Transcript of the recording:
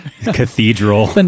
cathedral